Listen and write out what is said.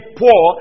poor